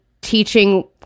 teaching